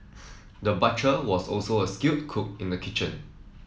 the butcher was also a skilled cook in the kitchen